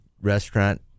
restaurant